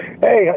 Hey